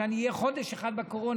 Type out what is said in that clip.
אני אהיה חודש אחד בקורונה,